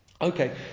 Okay